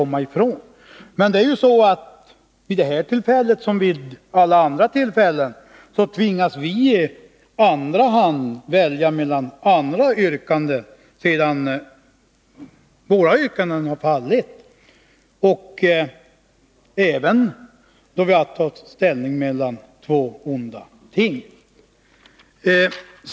Men vid detta som vid andra tillfällen tvingas vi att i andra hand välja mellan andras yrkanden, sedan våra har fallit. Det gäller även när vi har att välja mellan två onda ting.